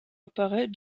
apparaît